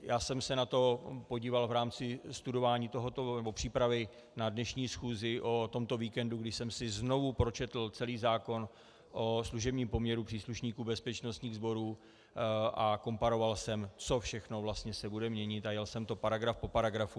Já jsem se na to podíval v rámci přípravy na dnešní schůzi o tomto víkendu, kdy jsem si znovu pročetl celý zákon o služebním poměru příslušníků bezpečnostních sborů a komparoval jsem, co všechno se vlastně bude měnit, a jel jsem to paragraf po paragrafu.